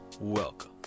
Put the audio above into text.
welcome